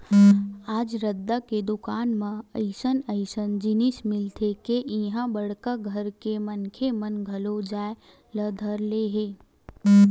आज रद्दा के दुकान म अइसन अइसन जिनिस मिलथे के इहां बड़का घर के मनखे मन घलो जाए ल धर ले हे